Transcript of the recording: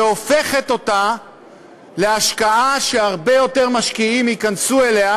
והופכת להשקעה שהרבה יותר משקיעים ייכנסו אליה,